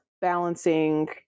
balancing